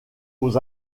aux